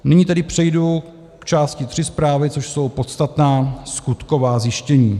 Nyní tedy přejdu k části III zprávy, což jsou podstatná skutková zjištění.